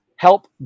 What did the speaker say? Help